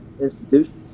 institutions